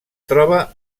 troba